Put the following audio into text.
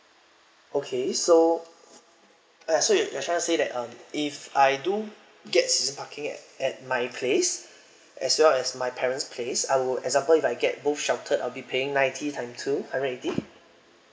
okay so uh so you're trying to say that um if I do get season parking at at my place as well as my parent's place I would example if I get both sheltered I'll be paying ninety time two hundred eighty